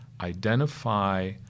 identify